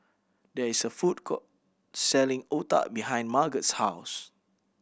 there is a food court selling otah behind Margot's house